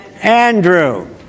Andrew